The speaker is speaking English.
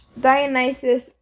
Dionysus